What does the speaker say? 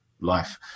life